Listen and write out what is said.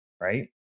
right